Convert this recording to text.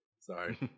Sorry